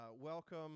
Welcome